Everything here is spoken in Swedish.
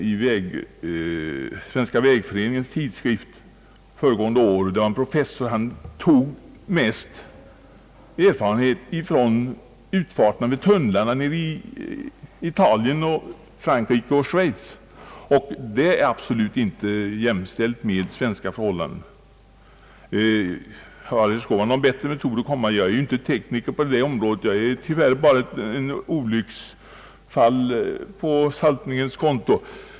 I Svenska vägföreningens tidskrift publicerades förra året en artikel, i vilken en professor redovisar en del provtagningar, men dessa härrörde mest från utfarterna vid tunnlar i Italien, Frankrike och Schweiz, där förhållandena absolut inte är jämförbara med svenska förhållanden. Har herr Skårman några bättre metoder att komma med, undrar statsrådet Lundkvist. Jag är ju inte tekniker på detta område. Jag är tyvärr bara ett av olycksfallen på saltningens konto.